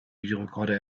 videorecorder